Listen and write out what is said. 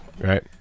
Right